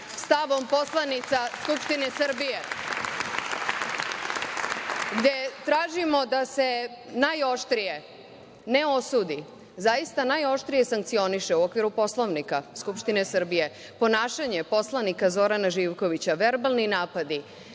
stavom poslanica Skupštine Srbije, gde tražimo da se najoštrije ne osudi, zaista, najoštrije sankcioniše u okviru Poslovnika Skupštine Srbije ponašanje poslanika Zorana Živkovića, verbalni napadi